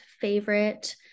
favorite